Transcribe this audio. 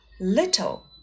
Little